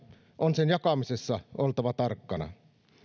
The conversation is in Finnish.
on sen jakamisessa oltava tarkkana